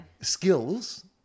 skills